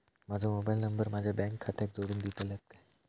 माजो mobile number माझ्या bank खात्याक जोडून दितल्यात काय?